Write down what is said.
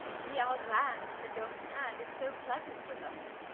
we are glad the dolphin is so pleasant with vs,